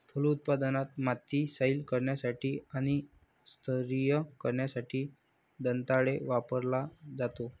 फलोत्पादनात, माती सैल करण्यासाठी आणि स्तरीय करण्यासाठी दंताळे वापरला जातो